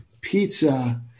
Pizza